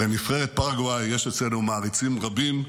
לנבחרת פרגוואי יש אצלנו מעריצים רבים,